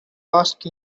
ask